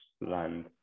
land